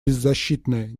беззащитная